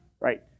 right